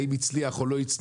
האם זה הצליח או לא,